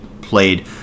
played